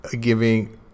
giving